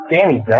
Danny